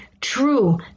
True